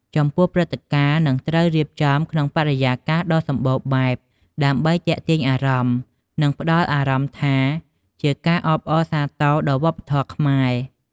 ចំពោះ ព្រឹត្តិការណ៍នឹងត្រូវរៀបចំក្នុងបរិយាកាសដ៏សម្បូរបែប ដើម្បីទាក់ទាញអារម្មណ៍ និងផ្តល់អារម្មណ៍ថា ជាការអបអរសាទរដល់វប្បធម៌ខ្មែរ។